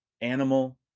Animal